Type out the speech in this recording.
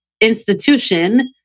institution